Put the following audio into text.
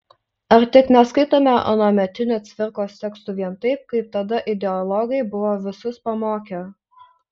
ar tik neskaitome anuometinių cvirkos tekstų vien taip kaip tada ideologai buvo visus pamokę